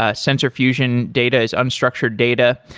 ah sensor fusion data is unstructured data,